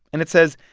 and it says,